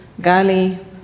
Gali